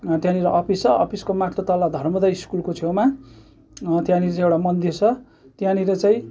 त्यहाँनिर अफिस छ अफिसको माथिल्लो तल्ला धर्मोदय स्कुलको छेउमा त्यहाँनिर चाहिँ एउटा मन्दिर छ त्यहाँनिर चाहिँ